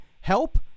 help